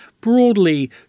broadly